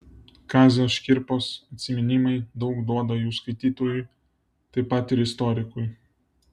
kazio škirpos atsiminimai daug duoda jų skaitytojui taip pat ir istorikui